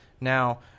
Now